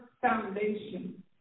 foundation